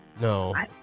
No